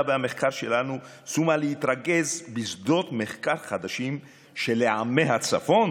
והמחקר שלנו שומה להתרכז בשדות מחקר חדשים שלעמי הצפון